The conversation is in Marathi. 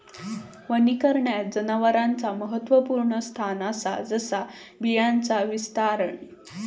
वनीकरणात जनावरांचा महत्त्वपुर्ण स्थान असा जसा बियांचा विस्तारण